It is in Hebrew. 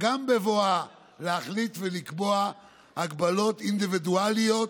גם בבואה להחליט ולקבוע הגבלות אינדיבידואליות